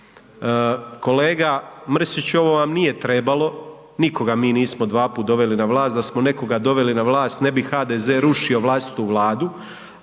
Kolega Mrsić ovo vam nije trebalo, nikoga mi nismo dva puta doveli na vlast, da smo nekoga doveli na vlast ne bi HDZ rušio vlastitu Vladu.